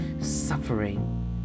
suffering